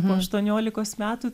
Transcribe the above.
po aštuoniolikos metų